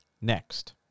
Next